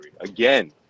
again